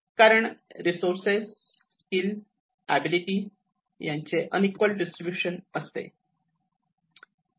कारण resources skill ability Resources skills abilities यांचे unequal distribution असते